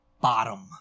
bottom